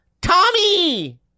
Tommy